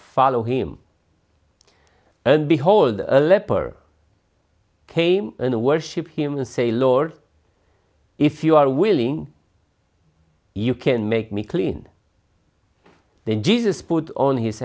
follow him and behold a leper came and worship him and say lord if you are willing you can make me clean then jesus put on his